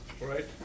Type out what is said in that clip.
right